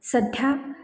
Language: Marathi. सध्या